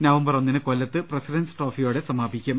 November ഒന്നിന് കൊല്ലത്ത് president's ട്രോഫിയോടെ സമാപിക്കും